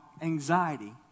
anxiety